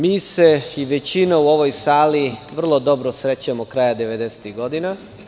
Mi se, i većina u ovoj sali vrlo dobro sećamo kraja devedesetih godina.